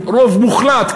רוב מוחלט,